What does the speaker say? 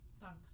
thanks